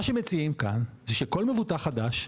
מה שמציעים כאן, זה שכל מבוטח חדש,